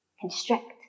Constrict